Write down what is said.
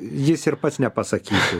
jis ir pats nepasakytų